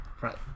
Right